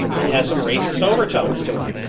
it has some racist overtones to it.